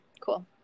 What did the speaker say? Cool